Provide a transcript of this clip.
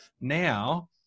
Now